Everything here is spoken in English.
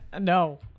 No